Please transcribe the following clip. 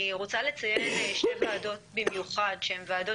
אני רוצה לציין שתי ועדות במיוחד שהן ועדות